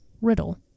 Riddle